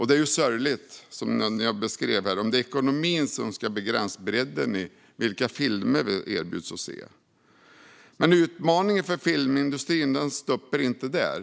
Det är sorgligt, som jag beskrev, om det är ekonomin som ska begränsa bredden i vilka filmer vi erbjuds att se. Men utmaningarna för filmindustrin stoppar inte där.